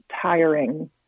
tiring